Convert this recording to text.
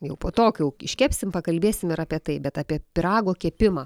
jau po to kai jau iškepsim pakalbėsim ir apie tai bet apie pyrago kepimą